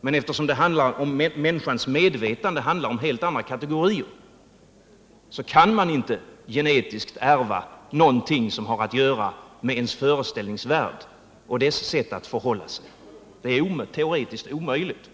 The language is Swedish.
Men eftersom det handlar om människans medvetande, helt andra kategorier, kan man inte genetiskt ärva någonting som har att göra med ens föreställningsvärld och dess sätt att förhålla sig. Det är teoretiskt omöjligt.